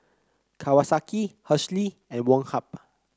Kawasaki Hershely and Woh Hup